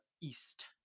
East